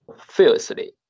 fiercely